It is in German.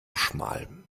schmal